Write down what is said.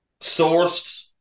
sourced